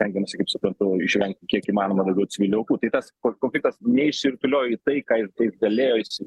stengiamasi kaip supratau išvengti kiek įmanoma daugiau civilių aukų tai tas kon konfliktas neišsirutuliojo į tai ką ir galėjo jis